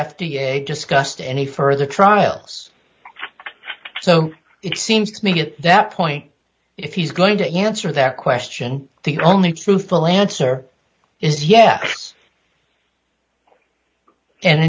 a discussed any further trials so it seems to me at that point if he's going to answer that question the only truthful answer is yes